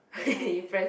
that kind